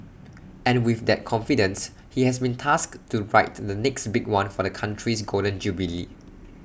and with that confidence he has been tasked to write the next big one for the Country's Golden Jubilee